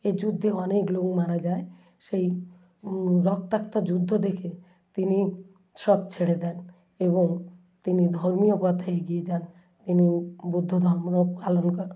এ যুদ্ধে অনেক লোক মারা যায় সেই রক্তাক্ত যুদ্ধ দেখে তিনি সব ছেড়ে দেন এবং তিনি ধর্মীয় পথে এগিয়ে যান তিনি বুদ্ধ ধর্ম পালন করেন